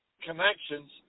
connections